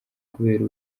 kubera